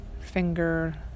finger